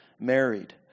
married